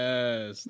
Yes